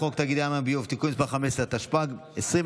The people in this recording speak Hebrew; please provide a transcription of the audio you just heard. חוק תאגידי המים והביוב (תיקון מס' 15) התשפ"ג 2023,